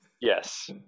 yes